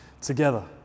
together